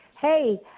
hey